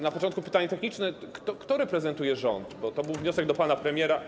Na początku pytanie techniczne, kto reprezentuje rząd, bo był to wniosek do pana premiera.